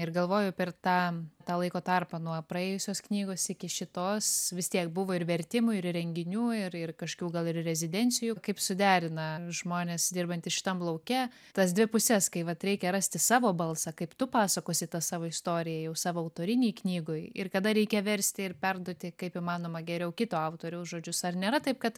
ir galvoju per tą tą laiko tarpą nuo praėjusios knygos iki šitos vis tiek buvo ir vertimų ir renginių ir ir kažkokių gal ir rezidencijų kaip suderina žmonės dirbantys šitam lauke tas dvi puses kai vat reikia rasti savo balsą kaip tu pasakosi tą savo istoriją jau savo autorinėj knygoj ir kada reikia versti ir perduoti kaip įmanoma geriau kito autoriaus žodžius ar nėra taip kad